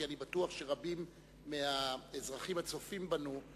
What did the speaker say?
כי אני בטוח שרבים מהאזרחים הצופים בנו,